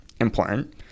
important